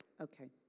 Okay